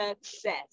success